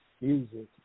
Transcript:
music